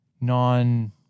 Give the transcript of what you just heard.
non